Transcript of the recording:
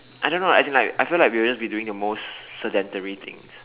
I don't know as in like I feel like we'll be just doing the most sedentary things